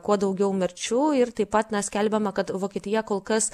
kuo daugiau mirčių ir taip pat na skelbiama kad vokietija kol kas